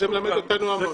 זה מלמד אותנו המון.